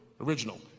original